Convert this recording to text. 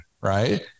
right